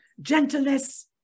Gentleness